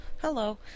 hello